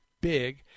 big